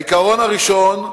העיקרון הראשון,